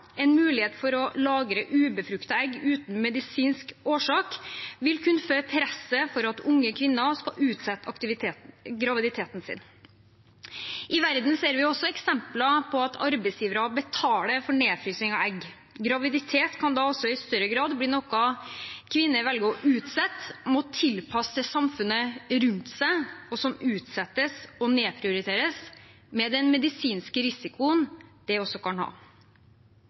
En mulighet for å lagre ubefruktede egg uten medisinsk årsak vil kunne føre til press for at unge kvinner skal utsette graviditeten sin. I verden ser vi også eksempler på at arbeidsgivere betaler for nedfrysing av egg. Graviditet kan da i større grad bli noe kvinner velge å utsette, må tilpasse til samfunnet rundt seg, og som utsettes og nedprioriteres, med den medisinske risikoen det også kan ha.